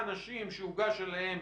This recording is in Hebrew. אני מניח שחלק גדול מהאנשים שיש להם